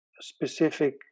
specific